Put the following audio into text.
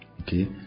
okay